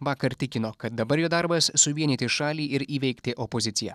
vakar tikino kad dabar jo darbas suvienyti šalį ir įveikti opoziciją